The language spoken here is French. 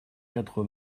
quatre